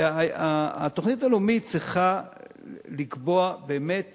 התוכנית הלאומית צריכה לקבוע באמת